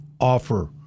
Offer